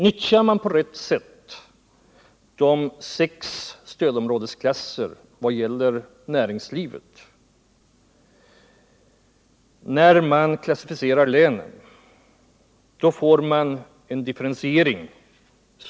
Om man vid klassificeringen av länen näringslivsmässigt på rätt sätt utnyttjar de sex stödområdesklasserna, får man den behövliga differentieringen.